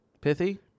pithy